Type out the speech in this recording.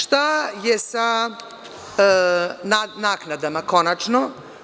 Šta je sa naknadama, konačno?